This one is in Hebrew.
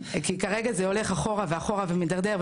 כי כרגע זה הולך אחורה ואחורה ומידרדר,